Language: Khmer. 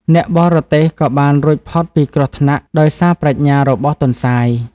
អ្នកបរទេះក៏បានរួចផុតពីគ្រោះថ្នាក់ដោយសារប្រាជ្ញារបស់ទន្សាយ។